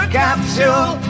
capsule